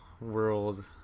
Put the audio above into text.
world